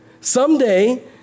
Someday